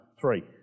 three